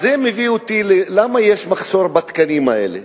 זה מביא לשאלה למה יש מחסור בתקנים האלה.